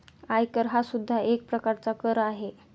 आयकर हा सुद्धा एक प्रकारचा कर आहे